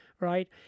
Right